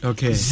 Okay